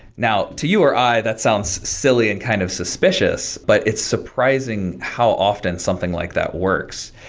now to you or i, that sounds silly and kind of suspicious, but it's surprising how often something like that works.